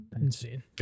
insane